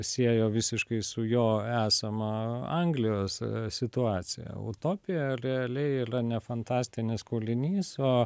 siejo visiškai su jo esama anglijos situacija utopija realiai ylua ne fantastinis kūlinys o